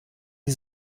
die